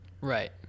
Right